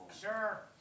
Sure